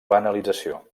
banalització